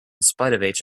spite